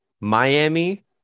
Miami